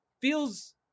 feels